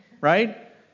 right